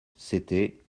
c’était